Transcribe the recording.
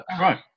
right